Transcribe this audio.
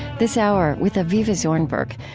this hour, with avivah zornberg,